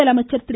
முதலமைச்சர் திரு